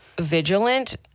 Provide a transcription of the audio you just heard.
vigilant